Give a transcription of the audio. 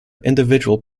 individual